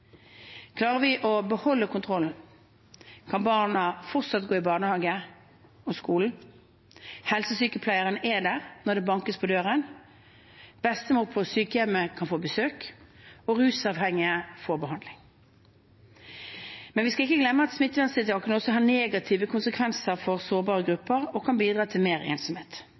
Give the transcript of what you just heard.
Klarer vi å beholde kontrollen, kan barna fortsatt gå i barnehagen og på skolen, helsesykepleieren er der når det bankes på døren, bestemor på sykehjemmet kan få besøk, og rusavhengige kan få behandling. Vi skal ikke glemme at smitteverntiltakene også har negative konsekvenser for sårbare grupper og kan bidra til mer ensomhet.